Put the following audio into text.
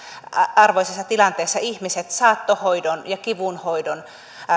arvoisessa tilanteessa ihmiset saattohoidon ja kivunhoidon